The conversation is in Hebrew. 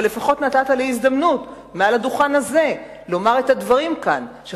אבל לפחות נתת לי הזדמנות לומר את הדברים כאן מעל הדוכן הזה,